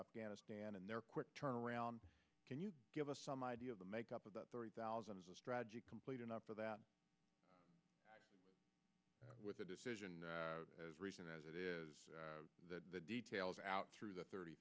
afghanistan and their quick turnaround can you give us some idea of the makeup of that thirty thousand is a strategy complete enough for that with a decision as recent as it is that the details out through the thirty